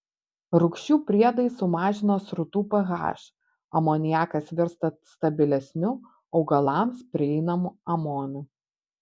rūgščių priedai sumažina srutų ph amoniakas virsta stabilesniu augalams prieinamu amoniu